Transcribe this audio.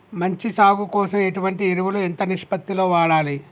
మంచి సాగు కోసం ఎటువంటి ఎరువులు ఎంత నిష్పత్తి లో వాడాలి?